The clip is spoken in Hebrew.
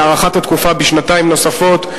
להאריך את התקופה בשנתיים נוספות,